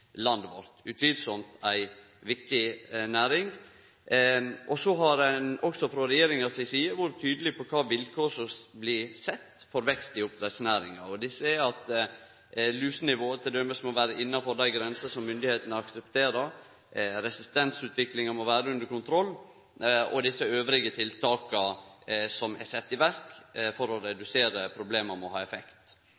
vårt. Det er utvilsamt ei viktig næring. Så har ein òg frå regjeringa si side vore tydeleg på kva vilkår som blir sette for vekst i oppdrettsnæringa. Desse er at lusenivået t.d. må vere innafor dei grensene som myndigheitene aksepterer, at resistensutviklinga må vere under kontroll, og at dei tiltaka som elles er sette i verk for å